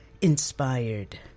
inspired